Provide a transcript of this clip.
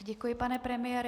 Děkuji, pane premiére.